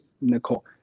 Nicole